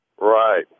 right